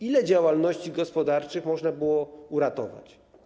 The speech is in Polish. Ile działalności gospodarczych można było uratować?